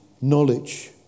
knowledge